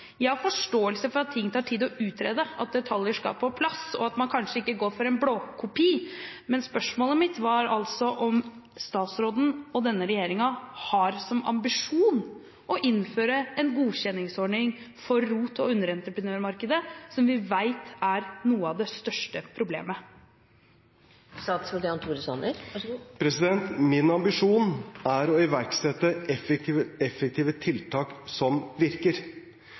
Jeg har forståelse for at ting tar tid å utrede, at detaljer skal på plass, og at en kanskje ikke går for en blåkopi. Men spørsmålet mitt var om statsråden og denne regjeringen har som ambisjon å innføre en godkjenningsordning for ROT- og underentreprenørmarkedet, som vi vet er noe av det største problemet. Min ambisjon er å iverksette effektive tiltak som virker.